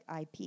IP